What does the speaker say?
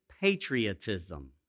patriotism